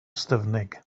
ystyfnig